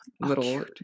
little